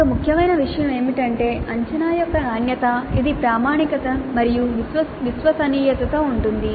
మరో ముఖ్యమైన విషయం ఏమిటంటే అంచనా యొక్క నాణ్యత ఇది ప్రామాణికత మరియు విశ్వసనీయతతో ఉంటుంది